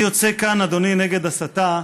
אני יוצא כאן, אדוני, נגד הסתה,